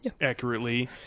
accurately